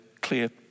clear